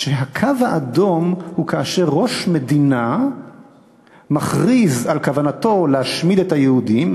היא שהקו האדום הוא כאשר ראש מדינה מכריז על כוונתו להשמיד את היהודים,